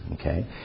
okay